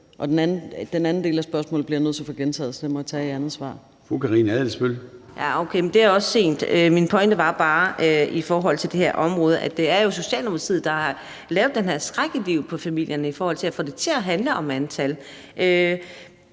Formanden (Søren Gade): Fru Karina Adsbøl. Kl. 21:54 Karina Adsbøl (DD): Okay, men det er også sent. Min pointe var bare i forhold til det her område, at det jo er Socialdemokratiet, der har jaget den her skræk i livet på familierne i forhold til at få det til at handle om antal.